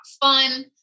fun